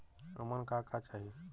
उमन का का चाही?